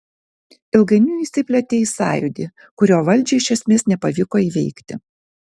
ilgainiui išsiplėtė į sąjūdį kurio valdžiai iš esmės nepavyko įveikti